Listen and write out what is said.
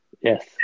Yes